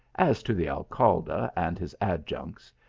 as to the alcalde, and his adjuncts,